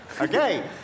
Okay